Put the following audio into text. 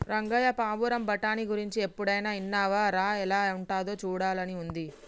రంగయ్య పావురం బఠానీ గురించి ఎన్నడైనా ఇన్నావా రా ఎలా ఉంటాదో సూడాలని ఉంది